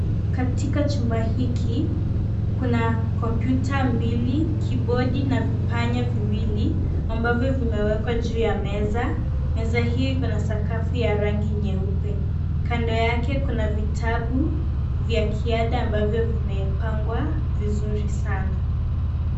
Katika chuma hiki, kuna kompyuta mbili, kibodi na vipanya viwili ambavyo vimewekwa juu ya meza. Meza hiyo iko na sakafu ya rangi nyeupe. Kando yake kuna vitabu vya kiada ambavyo vimepangwa vizuri sana.